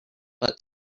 but